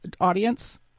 audience